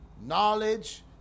knowledge